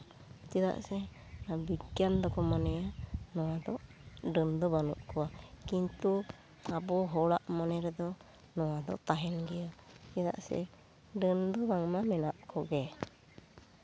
ᱪᱮᱫᱟᱜ ᱥᱮ ᱵᱤᱜᱽᱜᱟᱱ ᱫᱚᱠᱚ ᱢᱚᱱᱮᱭᱟ ᱱᱚᱣᱟ ᱫᱚ ᱰᱟ ᱱ ᱫᱚ ᱵᱟᱱᱩᱜ ᱠᱚᱣᱟ ᱠᱤᱱᱛᱩ ᱟᱵᱚ ᱦᱚᱲᱟᱜ ᱢᱚᱱᱮ ᱨᱮᱫᱚ ᱱᱚᱣᱟ ᱫᱚ ᱛᱟᱦᱮᱱ ᱜᱮᱭᱟ ᱪᱮᱫᱟᱜ ᱥᱮ ᱰᱟ ᱱ ᱫᱚ ᱵᱟᱝᱢᱟ ᱢᱮᱱᱟᱜ ᱠᱚᱜᱮ